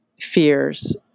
fears